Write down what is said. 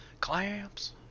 Clamps